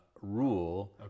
rule